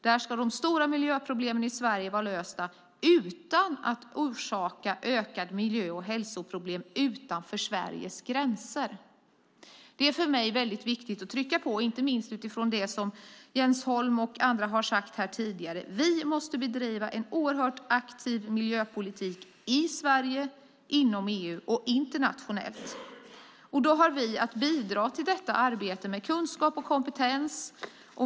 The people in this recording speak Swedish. Där ska de stora miljöproblemen i Sverige vara lösta utan att orsaka ökade miljö och hälsoproblem utanför Sveriges gränser. Det är för mig viktigt att trycka på det, inte minst utifrån det som Jens Holm och andra har sagt här tidigare. Vi måste bedriva en oerhört aktiv miljöpolitik i Sverige, inom EU och internationellt. Då har vi att bidra till detta arbete med kunskap och kompetens.